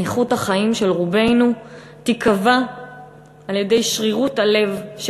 איכות החיים של רובנו תיקבע על-ידי שרירות הלב של